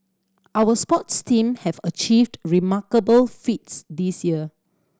our sports team have achieved remarkable feats this year